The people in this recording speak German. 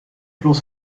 bloß